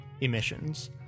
emissions